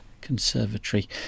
Conservatory